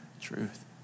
truth